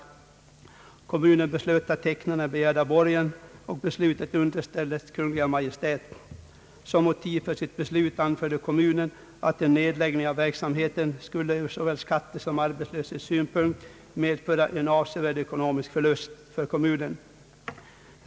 Kommunen beslöt att teckna den begärda borgen och beslutet underställdes Kungl. Maj:t. Som motiv för sitt beslut anförde kommunen, att en nedläggning av verksamheten skulle ur såväl skattesom arbetslöshetssynpunkt medföra en avsevärd ekonomisk förlust för komunen.